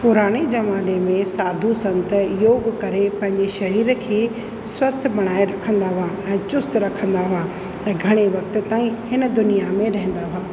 पुराणे ज़माने में साधू संत योगु करे पंहिंजे शरीर खे स्वस्थ बणाए रखंदा हुआ ऐं चुस्तु रखंदा हुआ घणे वक़्त ताईं हिन दुनिया में रहंदा हुआ